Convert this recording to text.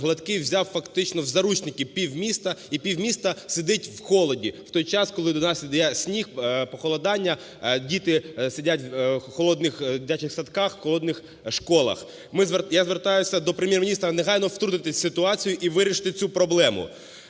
Гладкий взяв фактично в заручники півміста. І півміста сидить в холоді у той час, коли до нас іде сніг, похолодання, діти сидять в холодних дитячих садках, в холодних школах. Я звертаюся до Прем'єр-міністра негайно втрутитись в ситуацію і вирішити цю проблему.